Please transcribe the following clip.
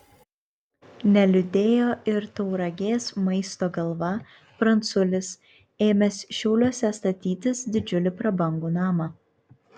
neliūdėjo ir tauragės maisto galva pranculis ėmęs šiauliuose statytis didžiulį prabangų namą